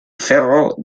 cerro